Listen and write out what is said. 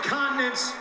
continents